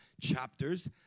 chapters